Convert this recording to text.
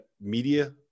media